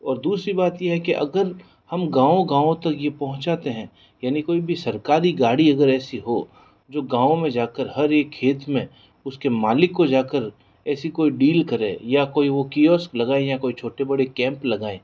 और दूसरी बात ये है कि अगर हम गाँव गाँव तक ये पहुँचाते हैं यानि कोई भी सरकारी गाड़ी अगर ऐसी हो जो गाँव में जाकर हर एक खेत में उसके मालिक को जाकर ऐसी कोई डील करें या कोई वो कियोस्क लगाएँ या कोई छोटे बड़े कैंप लगाएँ